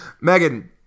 Megan